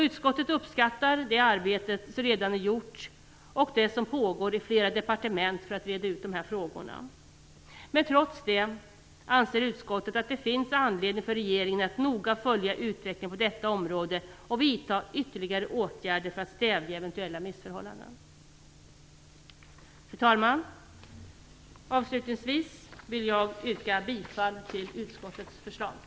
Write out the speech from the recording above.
Utskottet uppskattar det arbete som redan är gjort och det arbete som pågår i flera departement för att reda ut dessa frågor. Trots detta anser utskottet att det finns anledning för regeringen att noga följa utvecklingen på detta område och vidta ytterligare åtgärder för att stävja eventuella missförhållanden. Fru talman! Avslutningsvis vill jag yrka bifall till utskottets hemställan.